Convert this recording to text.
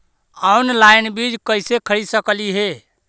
Online बीज कईसे खरीद सकली हे?